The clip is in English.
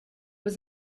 was